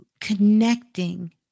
connecting